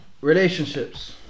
Relationships